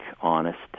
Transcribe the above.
honest